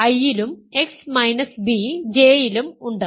x a I ലും x b J യിലും ഉണ്ട്